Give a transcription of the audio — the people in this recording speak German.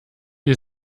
die